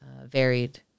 varied